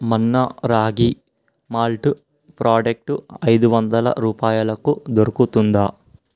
మన్నా ragi malt product ఐదు వందల రూపాయలకు దొరుకుతుందా